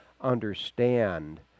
understand